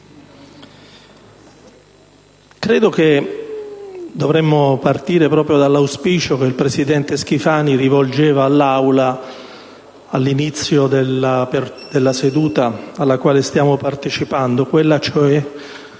credo che dovremmo partire proprio dall'auspicio che il presidente Schifani ha rivolto all'Aula all'inizio della seduta alla quale stiamo partecipando, quello cioè